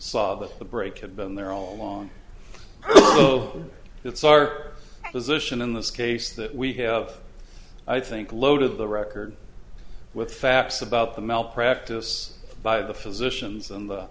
saw that the break had been there all along it's our position in this case that we have i think a load of the record with facts about the malpractise by the physicians in the